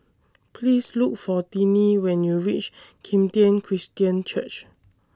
Please Look For Tiney when YOU REACH Kim Tian Christian Church